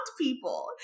people